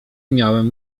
miałem